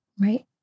Right